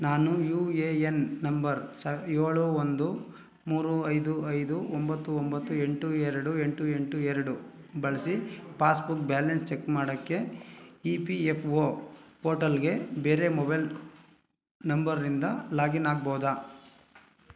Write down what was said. ನಾನು U A N number ಸ ಏಳು ಒಂದು ಮೂರು ಐದು ಐದು ಒಂಬತ್ತು ಒಂಬತ್ತು ಎಂಟು ಎರಡು ಎಂಟು ಎಂಟು ಎರಡು ಬಳಸಿ ಪಾಸ್ಬುಕ್ ಬ್ಯಾಲೆನ್ಸ್ ಚೆಕ್ ಮಾಡೋಕ್ಕೆ ಇ ಪಿ ಎಫ್ ಒ ಪೋರ್ಟಲ್ಗೆ ಬೇರೆ ಮೊಬೈಲ್ ನಂಬರ್ನಿಂದ ಲಾಗಿನ್ ಆಗ್ಬೋದಾ